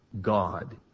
God